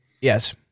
Yes